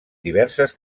diverses